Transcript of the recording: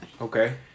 Okay